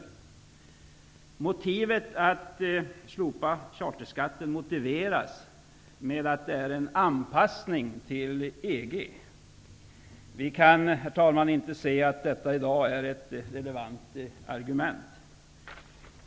Slopandet av charterskatten motiveras med att det är fråga om en anpassning till EG. Vi kan, herr talman, inte se att det i dag är ett relevant argument.